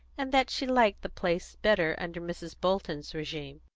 and that she liked the place better under mrs. bolton's regime.